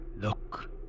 Look